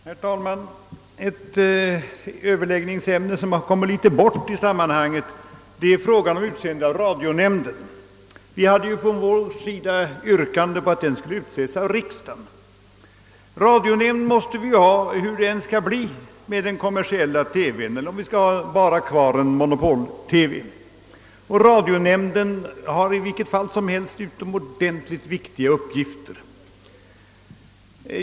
Herr talman! Ett överläggningsämne som litet grand kommit bort i sammanhanget är frågan om utseendet av radionämnden. Från högerhåll hade framställts yrkande om att nämnden skulle utses av riksdagen. Radionämnden måste finnas vare sig vi inför kommersiell TV eller har kvar monopol-TV; nämnden har i vilket fall som helst utomordentligt viktiga uppgifter.